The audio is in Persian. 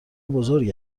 بزرگ